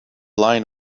line